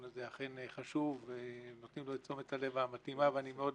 הזה אכן חשוב ונותנים לו את תשומת הלב המתאימה ואני מאוד